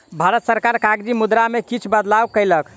भारत सरकार कागजी मुद्रा में किछ बदलाव कयलक